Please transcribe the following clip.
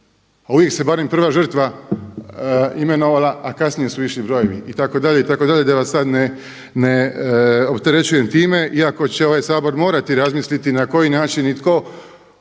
a uvijek se barem prva žrtva imenovala, a kasnije su išli brojevi itd. itd. da vas sad ne opterećujem time iako će ovaj Sabor morati razmisliti na koji način i tko